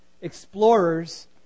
explorers